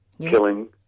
killing